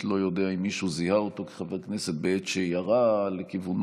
לא יודע אם מישהו זיהה אותו כחבר כנסת בעת שירה לכיוונו,